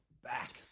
back